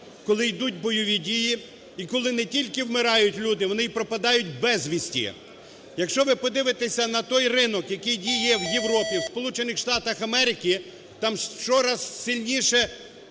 коли йдуть бойові дії і, коли не тільки вмирають люди, вони і пропадають безвісті. Якщо ви подивитеся на той ринок, який діє в Європі, в Сполучених